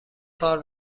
کار